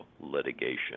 litigation